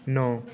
ਨੌ